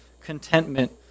contentment